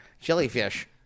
Jellyfish